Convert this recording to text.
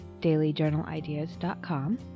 dailyjournalideas.com